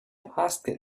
asked